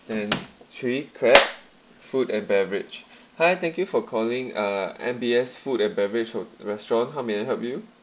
then three clap food and beverage hi thank you for calling uh M_B_S food and beverage ho~ restaurant how may I help you